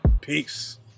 Peace